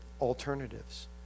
alternatives